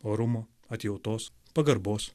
orumo atjautos pagarbos